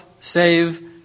save